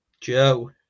joe